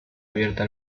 abierta